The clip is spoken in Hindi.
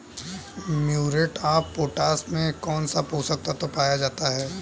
म्यूरेट ऑफ पोटाश में कौन सा पोषक तत्व पाया जाता है?